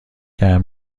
گرم